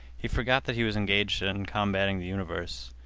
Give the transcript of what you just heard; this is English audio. he forgot that he was engaged in combating the universe.